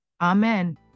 amen